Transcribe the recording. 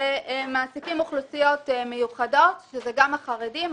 שמעסיקים אוכלוסיות מיוחדות שזה גם החרדים,